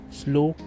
slow